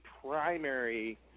primary